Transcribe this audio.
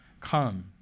come